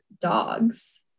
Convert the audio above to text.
dogs